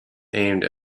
aimed